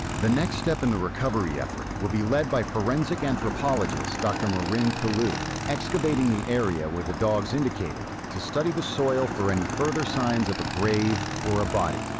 the next step in the recovery effort will be lead by forensic anthropologist dr. marin pilloud, excavating the area where the dogs indicated to study the soil for any further signs of a grave or body.